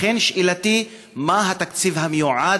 לכן שאלתי: מה התקציב המיועד